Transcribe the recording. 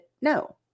no